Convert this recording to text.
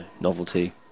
novelty